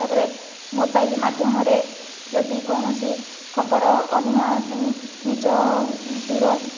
ତା'ପରେ ମୋବାଇଲ ମାଧ୍ୟମରେ ଯଦି କୌଣସି ଖବର ଅନ୍ୟ ନିଜ ଦୂର